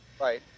Right